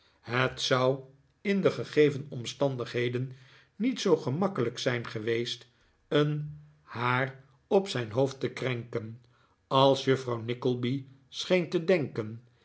het zou in de gegeven omstandigheden niet zoo gemakkelijk zijn geweest een haar op zijn hoofd te krenken als juffrouw nickleby scheen te denken